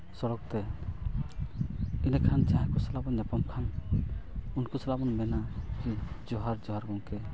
ᱥᱤᱲᱚᱠᱛᱮ ᱮᱸᱰᱮᱠᱷᱟᱱ ᱡᱟᱦᱟᱸᱭ ᱠᱚ ᱥᱟᱞᱟᱜ ᱵᱚᱱ ᱧᱟᱯᱟᱢ ᱠᱷᱟᱱ ᱩᱱᱠᱩ ᱥᱟᱞᱟᱜ ᱵᱚᱱ ᱢᱮᱱᱟ ᱡᱚᱦᱟᱨ ᱡᱚᱦᱟᱨ ᱜᱚᱢᱠᱮ